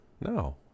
no